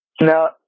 No